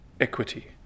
equity